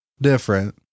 different